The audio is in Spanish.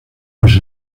los